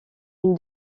une